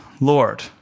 Lord